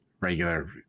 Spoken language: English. regular